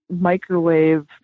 microwave